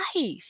life